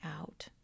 out